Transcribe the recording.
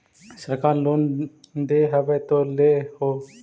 सरकार लोन दे हबै तो ले हो?